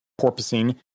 porpoising